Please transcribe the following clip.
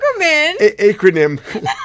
Acronym